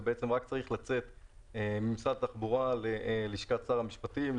זה רק צריך לצאת ממשרד התחבורה ללשכת שר המשפטים,